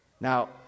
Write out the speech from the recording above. Now